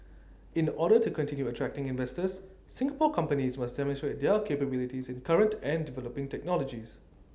in order to continue attracting investors Singapore companies must demonstrate their capabilities in current and developing technologies